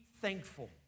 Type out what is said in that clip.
thankful